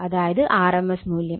അതായത് rms മൂല്യം